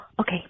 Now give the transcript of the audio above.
Okay